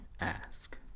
ask